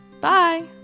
Bye